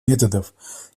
методов